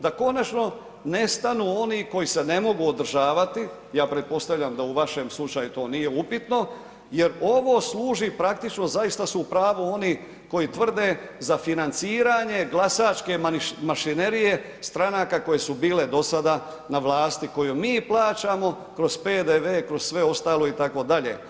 Da konačno nestanu oni koji se ne mogu održavati, ja pretpostavljam da u vašem slučaju to nije upitno jer ovo služi praktično, zaista su u pravu oni koji tvrde, za financiranje glasačke mašinerije stranaka koje su bile do sada na vlasti, koju mi plaćamo kroz PDV, kroz sve ostalo, itd.